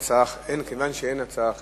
כיוון שאין הצעה אחרת.